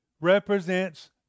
represents